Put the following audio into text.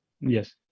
yes